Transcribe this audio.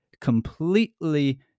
completely